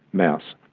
mouse.